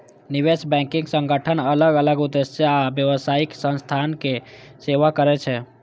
निवेश बैंकिंग संगठन अलग अलग उद्देश्य आ व्यावसायिक संस्थाक सेवा करै छै